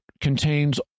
contains